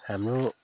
हाम्रो